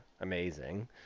amazing